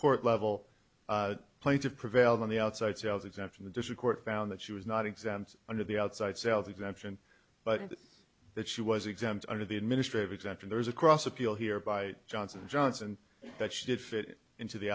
court level plaintive prevailed on the outside sales exemption the district court found that she was not exempt under the outside sales exemption but that she was exempt under the administrative exactly there is across appeal here by johnson and johnson that she did fit into the